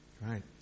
Right